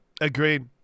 Agreed